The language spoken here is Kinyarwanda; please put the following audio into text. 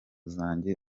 zanjye